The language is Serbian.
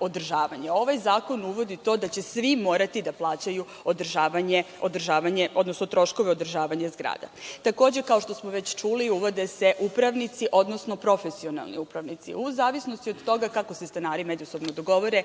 Ovaj zakon uvodi to da će svi morati da plaćaju troškove održavanja zgrada. Takođe, kao što smo već čuli, uvode se upravnici, odnosno profesionalni upravnici. U zavisnosti od toga kako se stanari međusobno dogovore